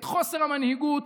את חוסר המנהיגות,